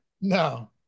No